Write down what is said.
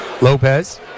Lopez